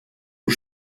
aux